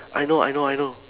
I know I know I know